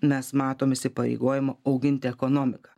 mes matom įsipareigojimą auginti ekonomiką